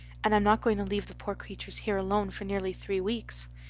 and i'm not going to leave the poor creatures here alone for nearly three weeks.